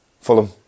Fulham